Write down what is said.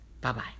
Bye-bye